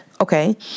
Okay